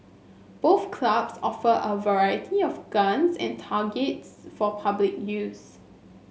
both clubs offer a variety of guns and targets for public use